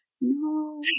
no